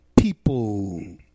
people